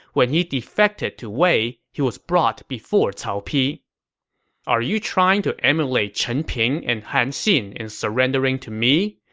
when he defected to wei, he was brought before cao pi are you trying to emulate chen ping and han xin in surrendering to me?